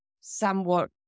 somewhat